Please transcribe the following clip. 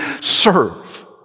serve